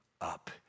up